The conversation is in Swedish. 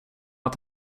att